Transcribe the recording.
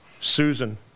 Susan